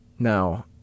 Now